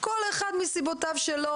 כל אחד מסיבותיו שלו,